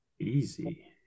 easy